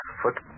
foot